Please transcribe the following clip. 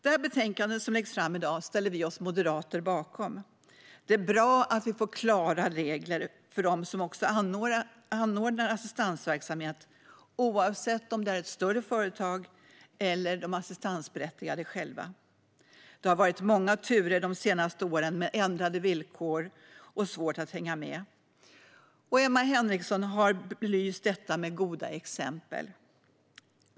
Det betänkande som läggs fram i dag ställer vi moderater oss bakom. Det är bra att vi får klara regler för dem som också anordnar assistansverksamhet, oavsett om det är ett större företag eller de assistansberättigade själva. Det har varit många turer de senaste åren med ändrade villkor och svårt att hänga med. Emma Henriksson har belyst detta med goda exempel.